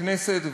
בכנסת,